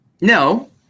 No